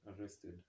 arrested